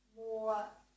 more